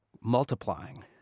multiplying